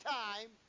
time